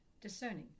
discerning